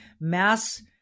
mass